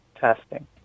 testing